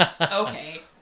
Okay